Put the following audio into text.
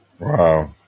Wow